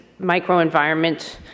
microenvironment